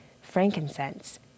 frankincense